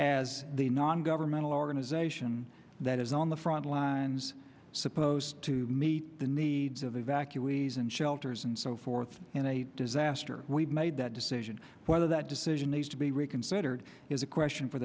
as the non governmental organization that is on the front lines supposed to meet the needs of the evacuees in shelters and so forth and a disaster we made that decision whether that decision needs to be reconsidered is a question for